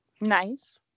Nice